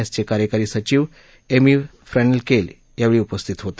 एसचे कार्यकारी सचिव एमी फ्रानेलकेल यावेळी उपस्थित होते